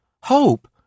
Hope